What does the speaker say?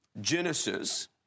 Genesis